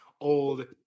old